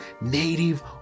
native